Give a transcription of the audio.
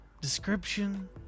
description